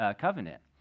covenant